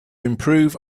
improve